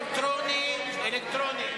אלקטרוני.